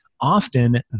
often